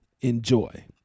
enjoy